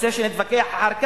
רוצה שנתווכח אחר כך,